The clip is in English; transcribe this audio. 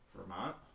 Vermont